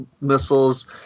missiles